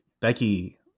Becky